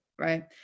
Right